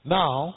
now